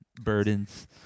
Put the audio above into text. burdens